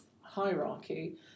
hierarchy